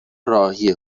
راهی